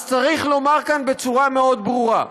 אז צריך לומר כאן בצורה מאוד ברורה: